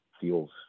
feels